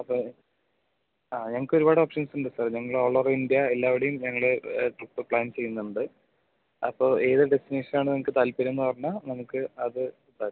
അപ്പം ആ ഞങ്ങൾക്ക് ഒരുപാട് ഒപ്ഷൻസ് ഉണ്ട് സാർ ഞങ്ങൾ ഓൾ ഓവർ ഇന്ത്യ എല്ലാവരുടെയും ഞങ്ങൾ ട്രിപ്പ് പ്ലാൻ ചെയ്യുന്നുണ്ട് അപ്പോൾ ഏത് ഡെസ്റ്റിനേഷനാണ് നിങ്ങൾക്ക് താൽപര്യം എന്ന് പറഞ്ഞാൽ നമുക്ക് അത് ഇതാക്കാം